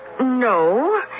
No